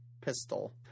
pistol